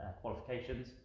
qualifications